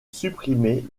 supprimer